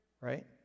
right